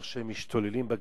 איך שהם משתוללים בכבישים,